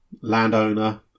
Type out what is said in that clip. landowner